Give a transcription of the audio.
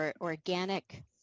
organic